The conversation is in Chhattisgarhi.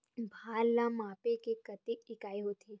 भार ला मापे के कतेक इकाई होथे?